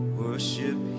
worship